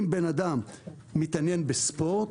אם בן אדם מתעניין בספורט,